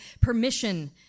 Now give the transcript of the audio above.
permission